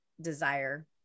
desire